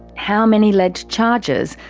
how many led to charges,